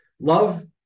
Love